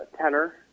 tenor